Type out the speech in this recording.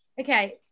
Okay